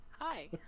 Hi